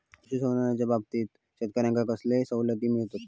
पशुसंवर्धनाच्याबाबतीत शेतकऱ्यांका कसले सवलती मिळतत?